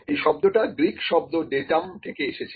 এই শব্দটা গ্রিক শব্দ ডেটাম থেকে এসেছে